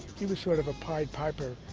he was sort of a pied piper,